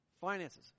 finances